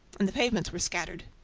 and the pavements were scattered.